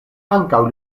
ankaŭ